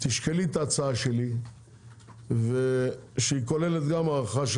תשקלי את ההצעה שלי שהיא כוללת גם הארכה של